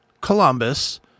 Columbus